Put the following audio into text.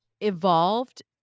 evolved